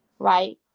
right